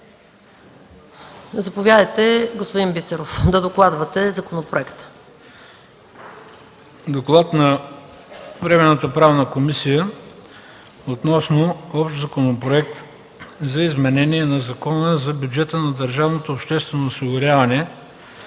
Заповядайте, господин Бисеров, да докладвате законопроекта. ДОКЛАДЧИК ХРИСТО БИСЕРОВ: Доклад на Временната правна комисия относно общ Законопроект за изменение на Закона за бюджета на държавното обществено осигуряване